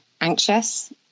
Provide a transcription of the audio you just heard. anxious